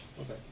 okay